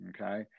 okay